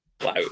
wow